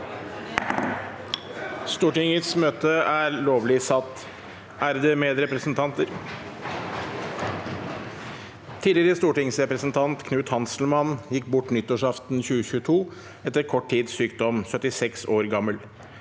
Presidenten Ærede medrepresentanter! Tidligere stortingsrepresentant Knut Hanselmann gikk bort nyttårsaften 2022, etter kort tids sykdom, 76 år gammel.